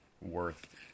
worth